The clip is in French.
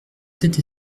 tête